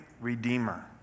redeemer